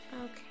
Okay